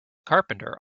carpenter